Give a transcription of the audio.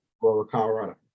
Colorado